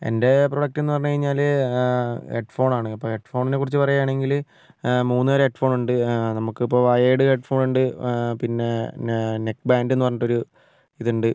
എൻ്റെ പ്രൊഡക്റ്റ് എന്ന് പറഞ്ഞുകഴിഞ്ഞാൽ ഹെഡ്ഫോൺ ആണ് അപ്പം ഹെഡ്ഫോണിനെക്കുറിച്ച് പറയുവാണെങ്കിൽ മൂന്ന് തരം ഹെഡ്ഫോൺ ഉണ്ട് നമുക്ക് ഇപ്പോൾ വയേർഡ് ഹെഡ്ഫോൺ ഉണ്ട് പിന്നെ നെ നെക്ക് ബാൻഡ് എന്ന് പറഞ്ഞിട്ടൊരു ഇതുണ്ട്